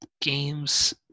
games